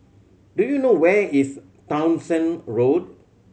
do you know where is Townshend Road